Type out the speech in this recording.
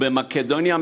ובמקדוניה,